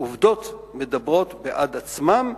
העובדות מדברות בעד עצמן,